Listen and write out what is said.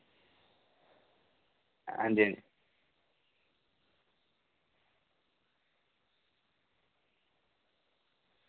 आं जी